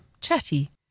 chatty